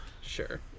Sure